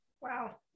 Wow